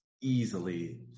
easily